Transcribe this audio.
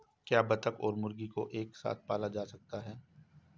क्या बत्तख और मुर्गी को एक साथ पाला जा सकता है?